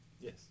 Yes